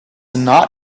not